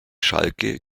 schalke